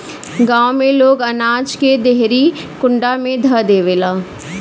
गांव में लोग अनाज के देहरी कुंडा में ध देवेला